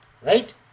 right